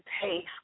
pay